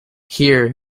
here